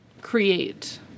Create